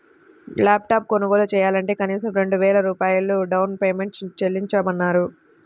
lap top కొనుగోలు చెయ్యాలంటే కనీసం రెండు వేల రూపాయలు డౌన్ పేమెంట్ చెల్లించమన్నారు